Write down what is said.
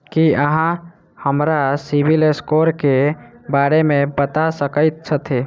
की अहाँ हमरा सिबिल स्कोर क बारे मे बता सकइत छथि?